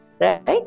right